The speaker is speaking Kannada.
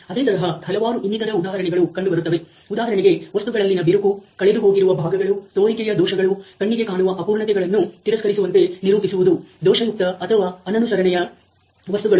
ಅದೇ ತರಹ ಹಲವಾರು ಇನ್ನಿತರ ಉದಾಹರಣೆಗಳು ಕಂಡುಬರುತ್ತವೆ ಉದಾಹರಣೆಗೆ ವಸ್ತುಗಳಲ್ಲಿನ ಬಿರುಕು ಕಳೆದುಹೋಗಿರುವ ಭಾಗಗಳು ತೋರಿಕೆಯ ದೋಷಗಳು ಕಣ್ಣಿಗೆ ಕಾಣುವ ಅಪೂರ್ಣತೆಗಳನ್ನು ತಿರಸ್ಕರಿಸುವಂತೆ ನಿರೂಪಿಸುವುದು ದೋಷಯುಕ್ತ ಅಥವಾ ಅನನುಸರಣೆಯ ವಸ್ತುಗಳು